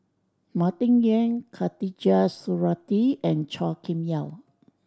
Martin Yan Khatijah Surattee and Chua Kim Yeow